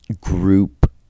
Group